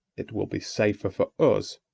it will be safer for us,